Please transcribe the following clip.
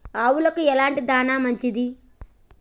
ఆవులకు ఎలాంటి దాణా మంచిది?